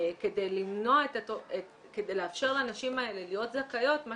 כדי לאפשר לנשים האלה להיות זכאיות מה